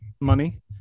money